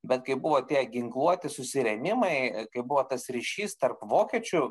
bet kai buvo tie ginkluoti susirėmimai kai buvo tas ryšys tarp vokiečių